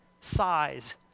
size